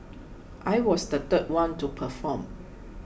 I was the third one to perform